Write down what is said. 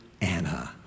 Anna